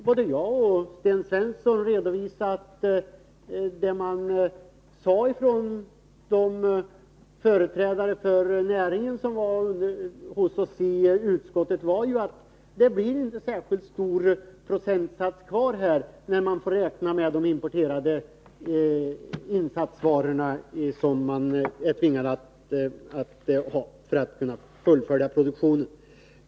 Både jag och Sten Svensson har ju redovisat vad företrädare för näringen sade när de var hos oss i utskottet — att det inte blir särskilt stor procentsats kvar när man räknat med de insatsvaror som man är tvingad att importera för att fullfölja produktionen.